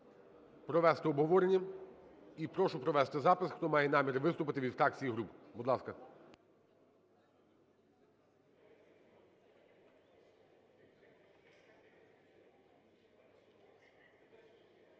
провести обговорення. І прошу провести запис, хто має намір виступити від фракцій і груп. Будь ласка.